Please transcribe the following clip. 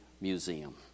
museum